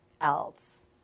else